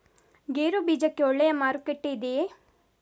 ಗೇರು ಬೀಜಕ್ಕೆ ಒಳ್ಳೆಯ ಮಾರುಕಟ್ಟೆ ಇದೆಯೇ?